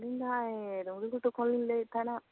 ᱟᱞᱤᱧ ᱫᱚ ᱱᱟᱜᱼᱟᱭ ᱰᱩᱝᱨᱤ ᱜᱷᱩᱴᱩ ᱠᱷᱚᱱ ᱞᱤᱧ ᱞᱟᱹᱭᱮᱫ ᱛᱟᱦᱮᱱᱟ